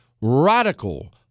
radical